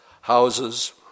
houses